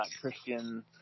Christian